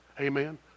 Amen